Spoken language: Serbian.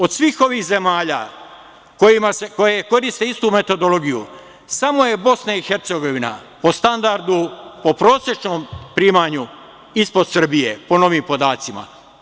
Od svih ovih zemalja koje koriste istu metodologiju, samo je BiH po standardu, po prosečnom primanju ispod Srbije po novim podacima.